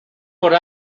por